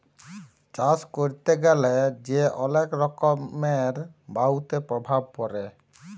চাষ ক্যরতে গ্যালা যে অলেক রকমের বায়ুতে প্রভাব পরে